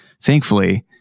Thankfully